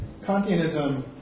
Kantianism